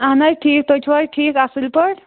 اہن حظ ٹھیٖک تُہۍ چھُو حظ ٹھیٖک اصٕل پٲٹھۍ